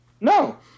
No